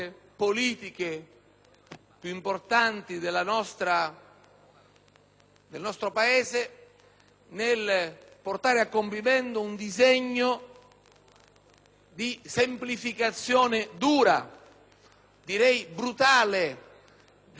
del nostro Paese di portare a compimento un disegno di semplificazione dura, direi brutale della rappresentanza politica nel nostro Paese.